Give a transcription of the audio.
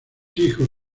hijos